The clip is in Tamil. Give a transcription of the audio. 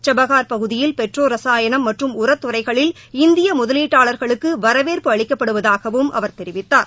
சபஹார் பகுதியில் பெட்ரோ ரசாயனம் மற்றம் உரத் துறைகளில் இந்தி முதலீட்டாளர்களுக்கு வரவேற்பு அளிக்கப்படுவதாகவும் அவர் தெரிவித்தார்